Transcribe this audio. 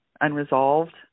unresolved